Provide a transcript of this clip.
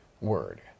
word